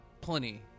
plenty